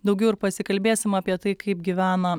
daugiau ir pasikalbėsim apie tai kaip gyvena